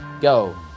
Go